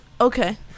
okay